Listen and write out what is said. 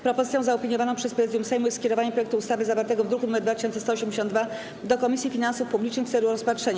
Propozycją zaopiniowaną przez Prezydium Sejmu jest skierowanie projektu ustawy zawartego w druku nr 2182 do Komisji Finansów Publicznych w celu rozpatrzenia.